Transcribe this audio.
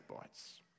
bites